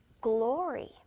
glory